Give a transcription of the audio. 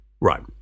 Right